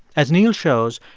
as neal shows,